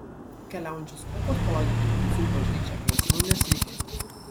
keliaujančios kopos palaidoti kuncų bažnyčią grasino ne sykį